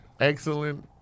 Excellent